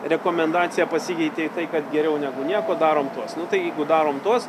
rekomendacija pasikeitė į tai kad geriau negu nieko darom tuos nu tai nu darom tuos